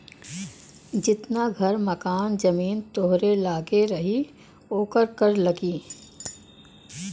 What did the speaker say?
जितना घर मकान जमीन तोहरे लग्गे रही ओकर कर लगी